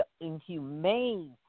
inhumane